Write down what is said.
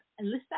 Elisa